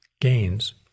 gains